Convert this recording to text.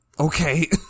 Okay